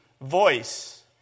voice